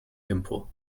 gimpo